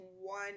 one